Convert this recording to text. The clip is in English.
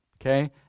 Okay